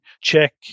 check